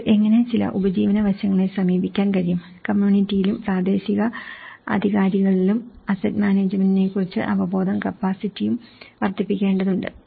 അവർക്ക് എങ്ങനെ ചില ഉപജീവന വശങ്ങളെ സമീപിക്കാൻ കഴിയും കമ്മ്യൂണിറ്റിയിലും പ്രാദേശിക അധികാരികളിലും അസറ്റ് മാനേജുമെന്റിനെക്കുറിച്ച് അവബോധവും കാപ്പാസിറ്റിയും വർദ്ധിപ്പിക്കേണ്ടതുണ്ട്